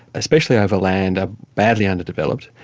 especially over land, are badly overdeveloped,